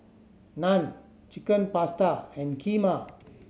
Naan Chicken Pasta and Kheema